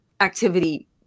activity